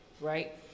Right